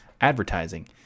advertising